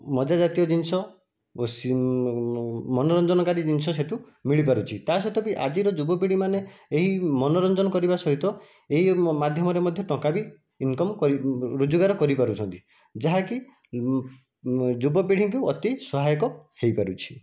ମଜା ଜାତୀୟ ଜିନିଷ ଓ ମନୋରଞ୍ଜନକାରୀ ଜିନିଷ ସେ'ଠୁ ମିଳିପାରୁଛି ତା' ସହିତ ବି ଆଜିର ଯୁବପିଢ଼ିମାନେ ଏହି ମନୋରଞ୍ଜନ କରିବା ସହିତ ଏହି ମାଧ୍ୟମରେ ମଧ୍ୟ ଟଙ୍କା ବି ଇନକମ ରୋଜଗାର କରିପାରୁଛନ୍ତି ଯାହା କି ଯୁବପିଢ଼ିଙ୍କୁ ଅତି ସହାୟକ ହୋଇପାରୁଛି